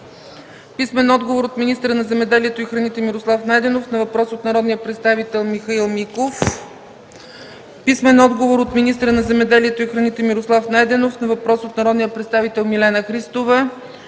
Михаил Миков; - от министъра на земеделието и храните Мирослав Найденов на въпрос от народния представител Михаил Миков; - от министъра на земеделието и храните Мирослав Найденов на въпрос от народния представител Милена Христова;